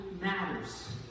matters